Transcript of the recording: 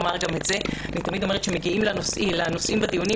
אני תמיד אומרת שמגיעים לנושאים בדיונים